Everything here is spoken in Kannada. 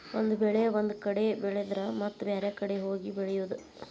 ಒಂದ ಬೆಳೆ ಒಂದ ಕಡೆ ಬೆಳೆದರ ಮತ್ತ ಬ್ಯಾರೆ ಕಡೆ ಹೋಗಿ ಬೆಳಿಯುದ